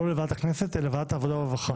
לוועדת הכנסת אלא לוועדת העבודה והרווחה.